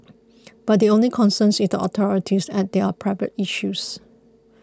but the only concern is the authorities as there are privacy issues